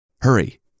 Hurry